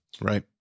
Right